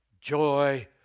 joy